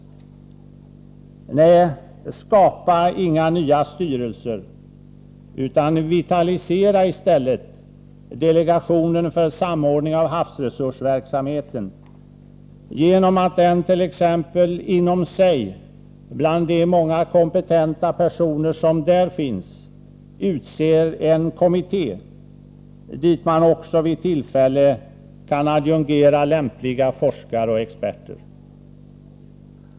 | Nej, skapa inga nya styrelser, utan vitalisera i stället delegationen för samordning av havsresursverksamheten genom att den t.ex. inom sig, bland de många kompetenta personer som finns där, utser en kommitté dit man också vid tillfälle kan adjungera lämpliga forskare och experter.